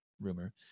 rumor